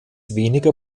weniger